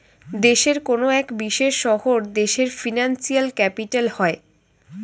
দেশের কোনো এক বিশেষ শহর দেশের ফিনান্সিয়াল ক্যাপিটাল হয়